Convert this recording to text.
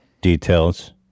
details